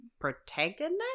protagonist